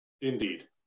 indeed